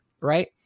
right